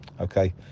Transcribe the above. Okay